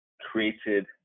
created